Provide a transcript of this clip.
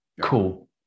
cool